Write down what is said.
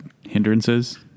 hindrances